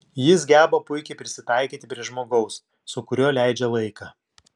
jis geba puikiai prisitaikyti prie žmogaus su kuriuo leidžia laiką